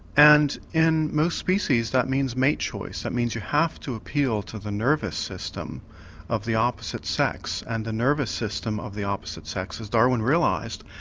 and in most species that means mate choice, that means you have to appeal to the nervous system of the opposite sex and the nervous system of the opposite sex, as darwin realised,